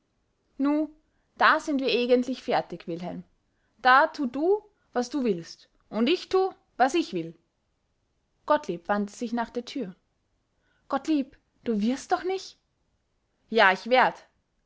nu da sind wir eegentlich fertig wilhelm da tu du was du willst und ich tu was ich will gottlieb wandte sich nach der tür gottlieb du wirst doch nich ja ich werd